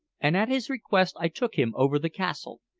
and at his request i took him over the castle.